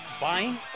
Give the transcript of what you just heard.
Buying